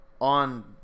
on